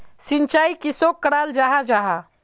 सिंचाई किसोक कराल जाहा जाहा?